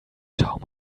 schaum